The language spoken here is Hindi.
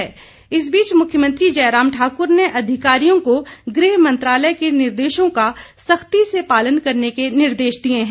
जयराम इस बीच मुख्यमंत्री जयराम ठाकूर ने अधिकारियों को गृह मंत्रालय के निर्देशों का सख्ती से पालन करने के निर्देश दिए हैं